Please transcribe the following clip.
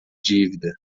dívida